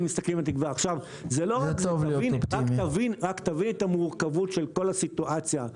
רק תבין את המורכבות של כל הסיטואציה.